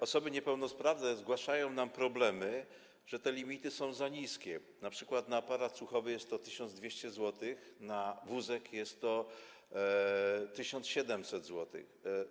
Osoby niepełnosprawne zgłaszają nam problemy, że te limity są za niskie, np. na aparat słuchowy jest to 1200 zł, na wózek jest to 1700 zł.